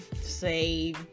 say